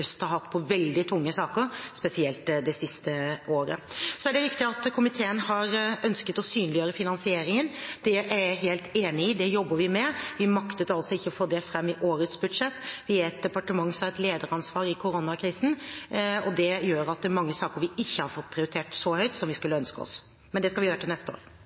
Øst politidistrikt har hatt på veldig tunge saker, spesielt det siste året. Det er riktig at komiteen har ønsket å synliggjøre finansieringen. Det er jeg helt enig i, det jobber vi med, men vi maktet altså ikke å få det frem i årets budsjett i et departement som har et lederansvar i koronakrisen. Det gjør at det er mange saker vi ikke har fått prioritert så høyt som vi skulle ønske oss, men det skal vi gjøre til neste år.